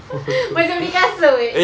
macam beli kasut